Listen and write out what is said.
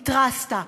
התרסת,